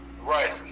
Right